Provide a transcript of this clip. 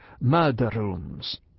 murder-rooms